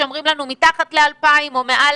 שאומרים לנו: מתחת ל-2,000 או מעל